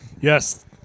Yes